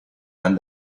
and